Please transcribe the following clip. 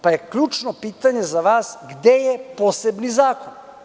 Pa, ključno pitanje za vas je – gde je posebni zakon?